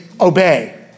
obey